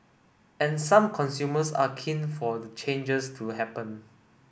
and some consumers are keen for the changes to happen